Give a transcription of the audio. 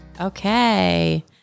Okay